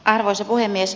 arvoisa puhemies